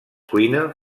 cuina